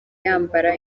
yambara